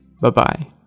Bye-bye